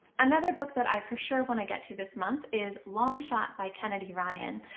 another book that i for sure want to get to this month is longshot by kennedy ryan.